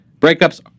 breakups